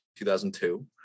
2002